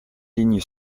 ligne